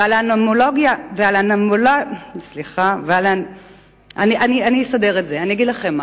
ועל, אני אסדר את זה, אני אגיד לכם מה,